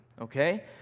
okay